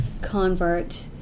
convert